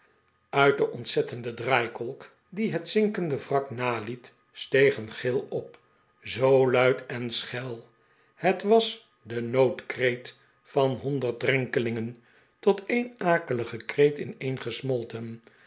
uit de ontzettende draaikolk die het zinkende wrak naliet steeg een gil op zoo luid en schel het was de noodkreet van honderd drenkelingen tot een akeligen kreet ineengesmolten